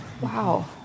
Wow